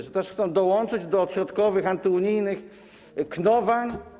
Czy też chcą dołączyć do odśrodkowych, antyunijnych knowań?